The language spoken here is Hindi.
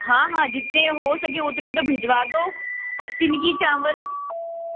हाँ हाँ जितने हो सकें उतने तो भिजवा दो और किनकी चावल